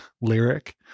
lyric